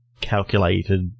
calculated